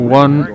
one